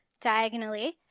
diagonally